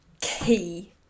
key